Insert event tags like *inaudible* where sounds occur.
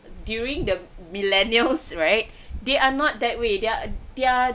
during the millennials *laughs* right they are not that way they are their